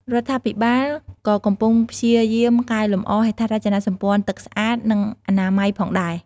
រដ្ឋាភិបាលក៏កំពុងព្យាយាមកែលម្អហេដ្ឋារចនាសម្ព័ន្ធទឹកស្អាត និងអនាម័យផងដែរ។